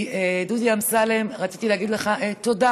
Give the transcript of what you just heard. דודי אמסלם, רציתי להגיד לך תודה